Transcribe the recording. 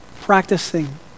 practicing